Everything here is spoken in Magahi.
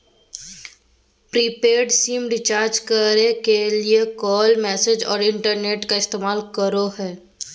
प्रीपेड सिम रिचार्ज करे के लिए कॉल, मैसेज औरो इंटरनेट का इस्तेमाल करो हइ